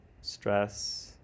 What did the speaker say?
stress